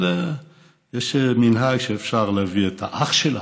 אבל יש מנהג שאפשר להביא את האח שלך.